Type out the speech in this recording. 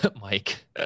Mike